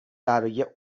برای